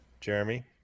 jeremy